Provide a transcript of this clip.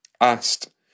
asked